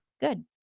Good